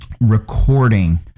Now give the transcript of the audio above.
recording